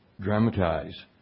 dramatize